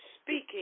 speaking